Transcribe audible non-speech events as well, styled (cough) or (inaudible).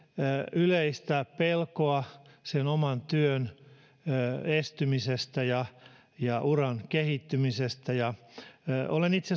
yleistä pelkoa oman työn estymisestä ja ja uran kehittymisestä olen itse (unintelligible)